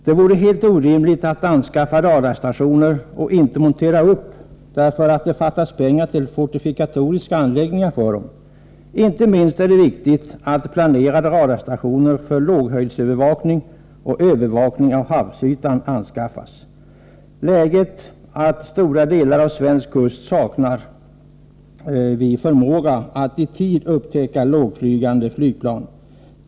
Det vore helt orimligt att anskaffa radarstationer som inte monteras upp därför att det fattas pengar till fortifikatoriska anläggningar för dem. Inte minst är det viktigt att planerade radarstationer för låghöjdsövervakning och övervakning av havsytan anskaffas. Läget är i dag sådant att vi utmed stora delar av svensk kust saknar förmåga att i tid upptäcka lågflygande flygplan.